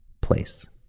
place